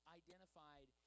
identified